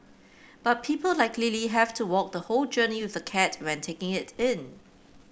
but people like Lily have to walk the whole journey with the cat when taking it in